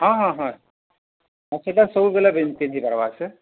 ହଁ ହଁ ହଁ ଅଙ୍କିତା ସବୁବେଲେ ପିନ୍ଧିବାର ସେ